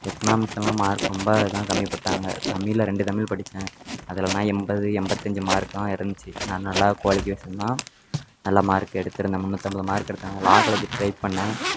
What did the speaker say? எக்கனாமிக்ஸ்ஸெல்லாம் mark ரொம்ப இதுதான் கம்மி போட்டாங்க தமிழ்ல ரெண்டு தமிழ் படித்தேன் அதுலெல்லாம் எண்பது எம்பத்தஞ்சு மார்க்கெல்லாம் இருந்துச்சி நான் நல்லா குவாலிஃபிகேஷன் தான் நல்ல மார்க் எடுத்திருந்தேன் முந்நூற்றம்பது மார்க் எடுத்தேன் லா காலேஜ் ட்ரை பண்ணிணேன்